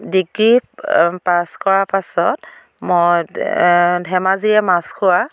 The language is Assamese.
ডিগ্ৰী পাছ কৰাৰ পাছত মই ধেমাজিৰে মাছখোৱাৰ